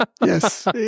Yes